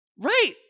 Right